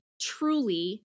truly